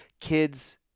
kids